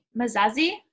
Mazazi